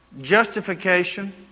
Justification